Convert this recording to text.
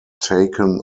taken